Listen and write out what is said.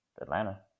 Atlanta